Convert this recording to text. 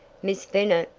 miss bennet!